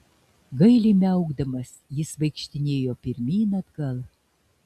gailiai miaukdamas jis vaikštinėjo pirmyn atgal